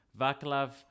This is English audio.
Vaclav